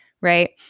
right